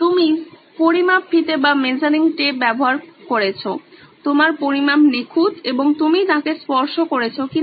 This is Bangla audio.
তুমি পরিমাপ ফিতে ব্যবহার করেছো তোমার পরিমাপ নিখুঁত এবং তুমি তাঁকে স্পর্শ করেছো